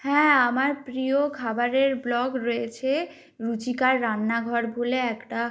হ্যাঁ আমার প্রিয় খাবারের ভ্লগ রয়েছে রুচিকার রান্নাঘর বলে একটা